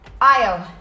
Io